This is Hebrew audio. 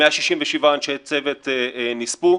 167 אנשי צוות נספו.